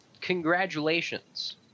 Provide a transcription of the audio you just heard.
Congratulations